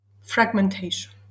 fragmentation